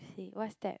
o r c what's that